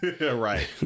Right